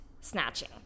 snatching